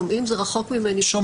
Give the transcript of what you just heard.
אני רוצה